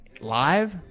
live